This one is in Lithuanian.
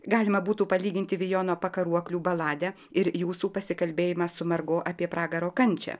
galima būtų palyginti vijono pakaruoklių baladę ir jūsų pasikalbėjimą su margo apie pragaro kančią